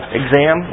exam